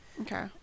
Okay